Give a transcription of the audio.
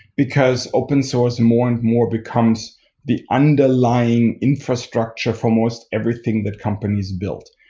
because open source more and more becomes the underlying infrastructure for most everything that companies build.